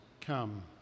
come